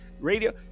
radio